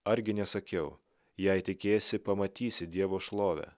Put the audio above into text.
argi nesakiau jei tikėsi pamatysi dievo šlovę